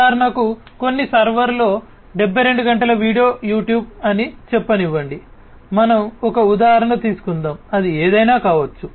ఉదాహరణకు కొన్ని సర్వర్లో 72 గంటల వీడియో యూట్యూబ్ అని చెప్పనివ్వండి మనం ఒక ఉదాహరణ తీసుకుందాం అది ఏదైనా కావచ్చు